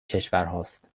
کشورهاست